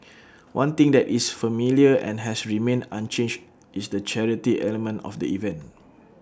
one thing that is familiar and has remained unchanged is the charity element of the event